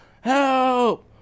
help